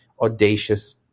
audacious